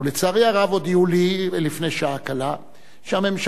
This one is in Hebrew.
ולצערי הרב הודיעו לי לפני שעה קלה שהממשלה,